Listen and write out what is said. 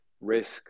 risk